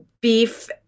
beef